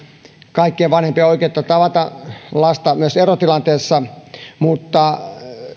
kaikkien vanhempien oikeutta tavata lasta myös erotilanteessa mutta